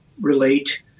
relate